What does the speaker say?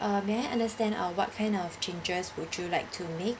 uh may I understand uh what kind of changes would you like to make